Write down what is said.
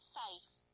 safe